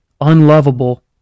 unlovable